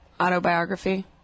autobiography